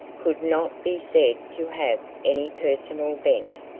could not be said to have any personal bent.